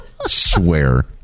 Swear